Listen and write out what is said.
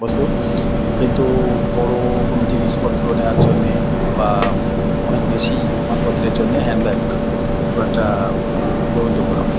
বস্তু কিন্তু বড়ো কোনো জিনিসপত্র নেওয়ার জন্যে বা খুব অনেক বেশি মালপত্রের জন্যে হ্যান্ড ব্যাগ খুব একটা গ্রহণযোগ্য নয়